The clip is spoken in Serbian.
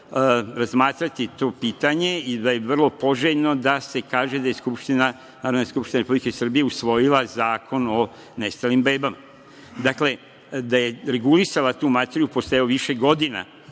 razmatrati to pitanje i da je vrlo poželjno da se kaže da je Narodna skupština Republike Srbije usvojila Zakon o nestalim bebama. Dakle, da je regulisala tu materiju posle više godina